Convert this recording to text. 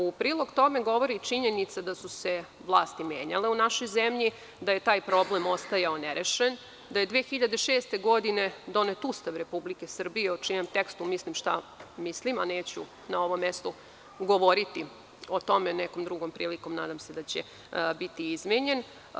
U prilog tome govori činjenica da su se vlasti menjale u našoj zemlji, da je taj problem ostajao nerešen, da je 2006. godine donet Ustav Republike Srbije, o čijem tekstu mislim šta mislim, a neću na ovom mestu govoriti o tome, nekom drugom prilikom nadam se da će biti izmenjen.